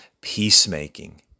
peacemaking